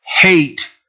hate